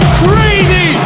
crazy